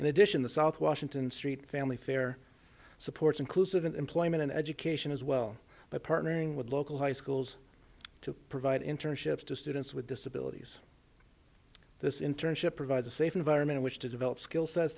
addition the south washington street family fair supports inclusive employment and education as well by partnering with local high schools to provide internships to students with disabilities this internship provides a safe environment which to develop skill sets